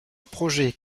projets